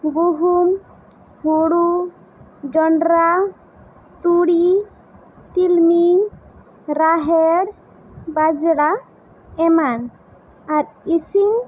ᱜᱩᱦᱩᱢ ᱦᱳᱲᱳ ᱡᱚᱱᱰᱨᱟ ᱛᱩᱲᱤ ᱛᱤᱞᱢᱤᱧ ᱨᱟᱦᱮᱲ ᱵᱟᱡᱽᱲᱟ ᱮᱢᱟᱱ ᱟᱨ ᱤᱥᱤᱱ